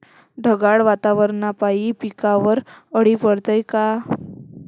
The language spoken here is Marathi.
ढगाळ वातावरनापाई पिकावर अळी पडते का?